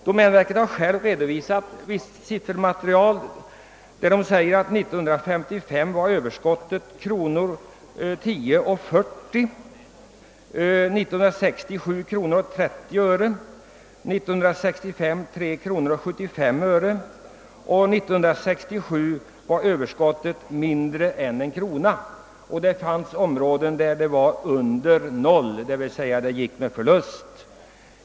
Domänverket har självt redovisat ett siffermaterial, enligt vilket överskottet år 1955 var 10:40 kr., 1960 7:30, 1965 3: 75 och 1967 mindre än en krona. Det fanns även områden där siffran sjönk till under 0, d.v.s. gick där med förlust.